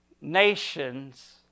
nations